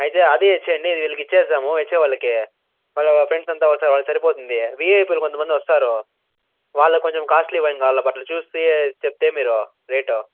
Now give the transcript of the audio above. అయితే అదే ఇచ్చెయ్యండి వీళ్ళకి ఇచ్చేద్దాము వచ్చేవాళ్ళకి వాళ్ళ ఫ్రెండ్స అంతా వస్తే వాళ్ళ సరిపోతుంది విఐపీలు కొంత మంది వస్తారు వాళ్ళకి కొంచెం కాస్ట్లీ వైన్ కావాలి బాటిల్ చూసి చెప్తే మీరు రేటు